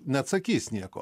neatsakys nieko